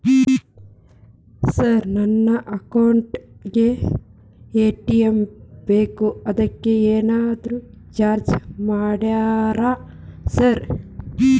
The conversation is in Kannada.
ಸರ್ ನನ್ನ ಅಕೌಂಟ್ ಗೇ ಎ.ಟಿ.ಎಂ ಬೇಕು ಅದಕ್ಕ ಏನಾದ್ರು ಚಾರ್ಜ್ ಮಾಡ್ತೇರಾ ಸರ್?